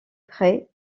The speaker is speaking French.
près